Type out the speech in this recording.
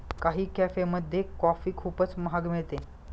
काही कॅफेमध्ये कॉफी खूपच महाग मिळते